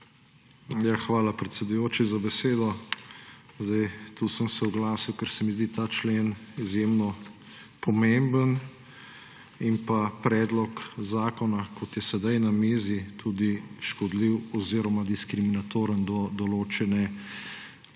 Hvala, predsedujoči, za besedo. Tukaj sem se oglasil, ker se mi zdi ta člen izjemno pomemben in pa predlog zakona, kot je sedaj na mizi, tudi škodljiv oziroma diskriminatoren do določene